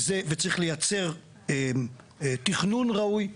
וצריך לייצר תכנון ראוי,